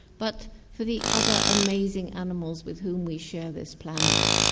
but for the other amazing animals with whom we share this planet,